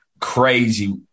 crazy